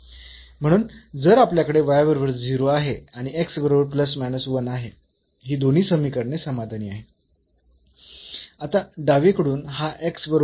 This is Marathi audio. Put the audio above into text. म्हणून जर आपल्याकडे बरोबर आहे आणि बरोबर आहे ही दोन्ही समीकरणे समाधानी आहेत आता डावीकडून हा बरोबर आहे